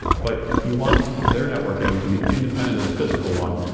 but you want their networking to be independent of the physical one,